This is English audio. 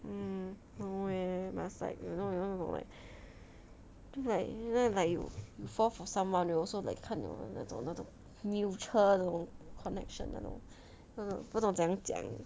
mm 因为 must like you know you know 那种 just like you know like you fall for someone you also 看了那种那种 mutual connection 那种那种不懂怎样讲